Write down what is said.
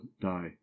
die